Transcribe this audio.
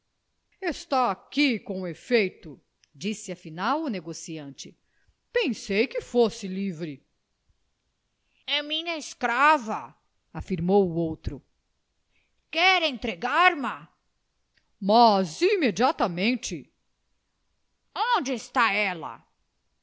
está aqui com efeito disse afinal o negociante pensei que fosse livre é minha escrava afirmou o outro quer entregar ma mas imediatamente onde está ela